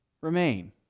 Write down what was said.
remain